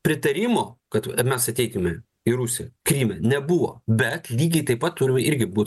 pritarimo kad mes ateitume į rusiją kryme nebuvo bet lygiai taip pat turime irgi būt